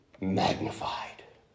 magnified